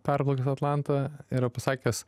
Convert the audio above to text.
perplaukęs atlantą yra pasakęs